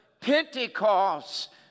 Pentecost